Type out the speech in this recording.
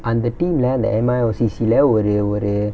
அந்த:antha team lah அந்த:antha M_I_O_C_C lah ஒரு ஒரு:oru oru